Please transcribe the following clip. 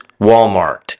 Walmart